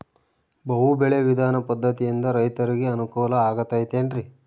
ಬಹು ಬೆಳೆ ವಿಧಾನ ಪದ್ಧತಿಯಿಂದ ರೈತರಿಗೆ ಅನುಕೂಲ ಆಗತೈತೇನ್ರಿ?